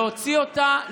להוציא אותה,